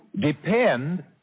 depend